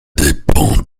dépend